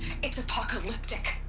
it's apocalyptic!